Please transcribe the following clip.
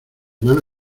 mano